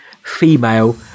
female